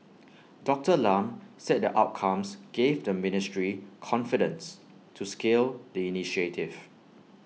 Doctor Lam said the outcomes gave the ministry confidence to scale the initiative